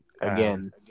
Again